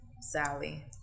Sally